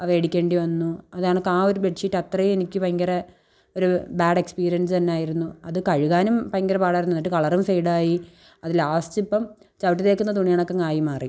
ആ മേടിക്കേണ്ടി വന്നു അതേ കണക്ക് ആ ഒരു ബെഡ്ഷീറ്റ് അത്രേം എനിക്ക് ഭയങ്കര ഒരു ബാഡ് എക്സ്പീരിയൻസന്നെയായിരുന്നു അത് കഴുകാനും ഭയങ്കര പാടായിരുന്നു എന്നിട്ട് കളറും ഫേഡായി അത് ലാസ്റ്റിപ്പം ചവിട്ടി തേക്കുന്ന തുണികണക്കങ്ങായി മാറി